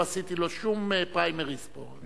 לא עשיתי לו שום פריימריז פה.